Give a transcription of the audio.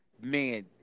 man